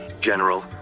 General